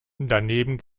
daneben